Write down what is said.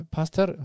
Pastor